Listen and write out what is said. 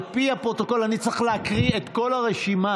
על פי הפרוטוקול אני צריך להקריא את כל הרשימה.